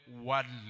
worldly